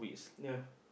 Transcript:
ya